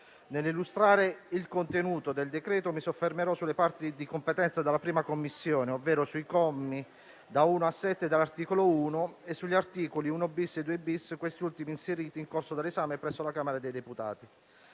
Nell'illustrare il contenuto del decreto-legge, mi soffermerò sulle parti di competenza della 1a Commissione, ovvero sui commi da 1 a 7 dell'articolo 1 e sugli articoli 1-*bis* e 2-*bis*, questi ultimi inseriti nel corso dell'esame presso la Camera dei deputati.